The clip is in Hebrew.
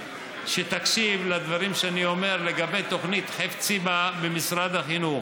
שתקשיב לדברים שאני אומר לגבי תוכנית חפציב"ה במשרד החינוך.